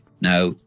Now